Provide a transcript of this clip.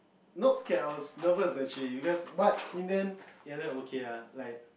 not scared I was nervous actually because but in the end it ended up okay ah like